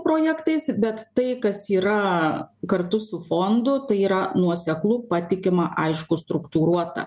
projektais bet tai kas yra kartu su fondu tai yra nuoseklu patikima aišku struktūruota